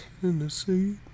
Tennessee